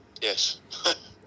yes